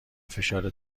فشار